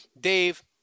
Dave